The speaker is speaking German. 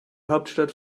hauptstadt